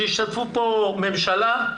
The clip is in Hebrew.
שהשתתפו בו ממשלה,